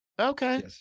Okay